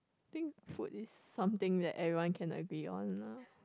I think food is something that everyone can agree on lah